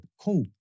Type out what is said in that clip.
cool